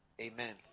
Amen